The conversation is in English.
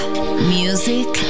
Music